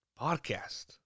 podcast